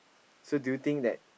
so do you think that